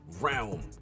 realm